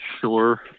sure